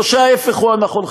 או שההפך הוא הנכון,